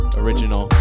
original